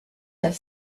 have